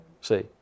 See